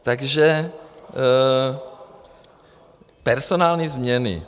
Takže personální změny.